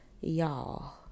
y'all